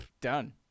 done